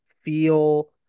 feel